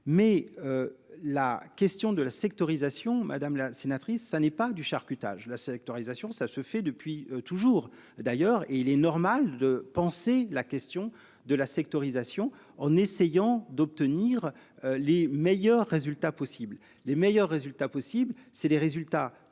mais. La question de la sectorisation, madame la sénatrice, ça n'est pas du charcutage la sectorisation, ça se fait depuis toujours d'ailleurs et il est normal de penser la question de la sectorisation, en essayant d'obtenir. Les meilleurs résultats possibles. Les meilleurs résultats possibles. C'est des résultats.